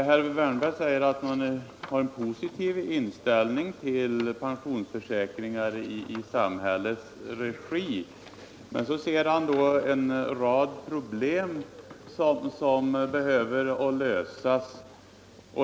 Herr talman! Herr Wärnberg säger att utskottet har en positiv inställning till pensionsförsäkringar i samhällets regi men att han ser en rad problem som behöver lösas.